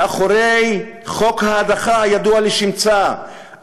מאחורי חוק ההדחה הידוע לשמצה,